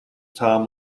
tom